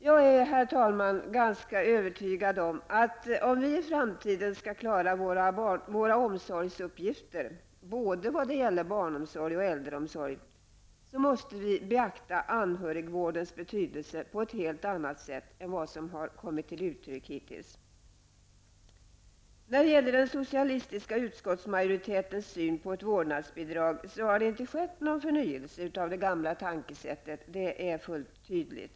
Jag är, herr talman, ganska övertygad om att om vi i framtiden skall klara våra omsorgsuppgifter, både när det gäller barnomsorg och när det gäller äldreomsorg, måste vi beakta anhörigvårdens betydelse på ett helt annat sätt än vad som hittills har skett. När det gäller den socialistiska utskottsmajoritetens syn på ett vårdnadsbidrag har det inte skett någon förnyelse av de gamla tankesätten -- det är fullt tydligt.